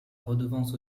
redevance